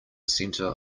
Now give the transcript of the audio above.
center